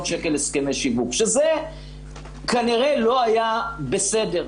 שקל הסכמי שיווק שזה כנראה לא היה בסדר.